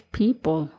people